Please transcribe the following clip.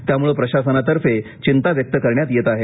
त्यामुळं प्रशासनातर्फे चिंता व्यक्त करण्यात येत आहे